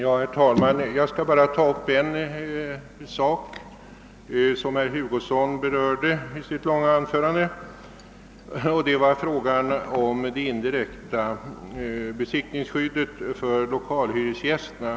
Herr talman! Jag skall bara ta upp en sak som herr Hugosson berörde i sitt långa anförande, nämligen frågan om det indirekta besittningsskyddet för 10 kalhyresgästerna.